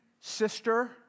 sister